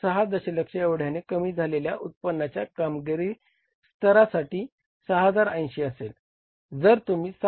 6 दशलक्ष एवढ्याने कमी झालेल्या उत्पन्नाच्या कामगिरीस्तरासाठी 6080 असेल जर तुम्ही 7